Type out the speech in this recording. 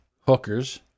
hookers